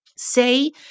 Say